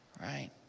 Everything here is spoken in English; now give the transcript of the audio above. right